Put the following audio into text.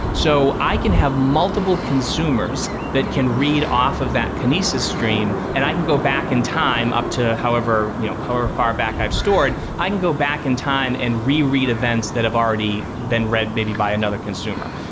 so i can have multiple consumers that can read off of that kinesis stream and i can go back in time up to however you know however far back i've stored. i can go back in time and reread events that have already been read maybe by another consumer.